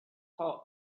heart